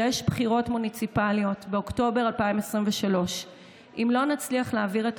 יש בחירות מוניציפליות באוקטובר 2023. אם לא נצליח להעביר את